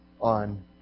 on